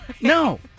No